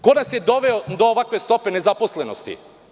Ko nas je doveo do ovakve stope nezaposlenosti?